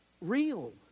real